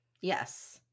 yes